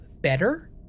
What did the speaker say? better